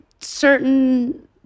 certain